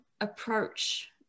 approach